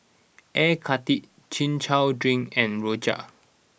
Air Karthira Chin Chow Drink and Rojak